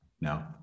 No